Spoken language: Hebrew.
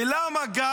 ולמה גם?